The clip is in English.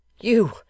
You